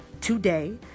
today